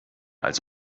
als